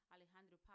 Alejandro